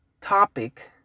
topic